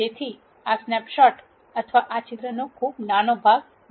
તેથી આ સ્નેપશોટ અથવા આ ચિત્રનો ખૂબ નાનો ભાગ હશે